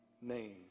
name